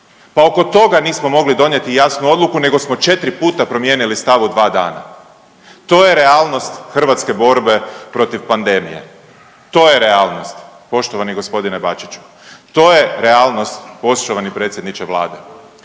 Pa oko toga nismo mogli donijeti jasnu odluku nego smo četiri puta promijenili stav u dva dana. To je realnost hrvatske borbe protiv pandemije, to je realnog poštovani g. Bačiću, to je realnost poštovani predsjedniče Vlade.